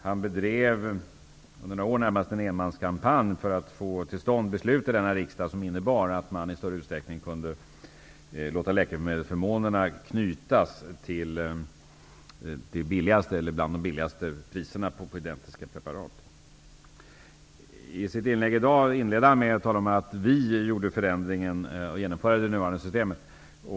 Han bedrev under några år närmast en enmanskampanj för att få till stånd beslut i denna riksdag som innebar att man i större utsträckning kunde låta läkemedelsförmånerna knytas till de lägsta priserna på identiska preparat. Kent Carlsson inledde sitt inlägg i dag med att tala om att vi gjorde förändringen och genomförde det nuvarande systemet.